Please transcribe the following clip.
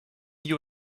you